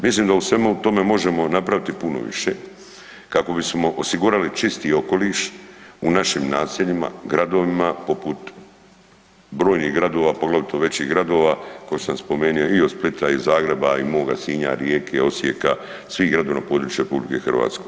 Mislim da u svemu tome možemo napraviti puno više kako bismo osigurali čisti okoliš u našim naseljima, gradovima poput brojnih gradova, poglavito većih gradova koje sam spomenuo i od Splita i Zagreba i moga Sinja, Rijeke, Osijeka, svih gradova na području RH.